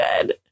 good